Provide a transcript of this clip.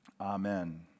Amen